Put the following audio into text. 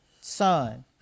son